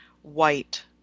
white